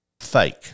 Fake